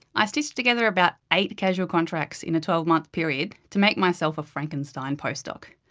i stitched together about eight casual contracts in a twelve month period to make myself a frankenstein postdoc.